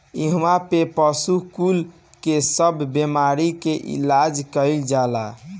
इहा पे पशु कुल के सब बेमारी के इलाज कईल जाला